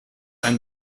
einen